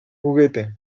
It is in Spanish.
juguete